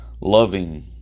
loving